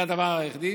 זה הדבר היחידי.